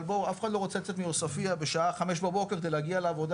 אבל אף אחד לא רוצה לצאת מעוספייה בשעה 5:00 בבוקר להגיע לעבודה